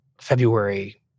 February